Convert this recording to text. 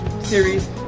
series